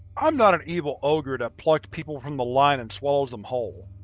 i'm not an evil ogre that plucks people from the line and swallows them whole.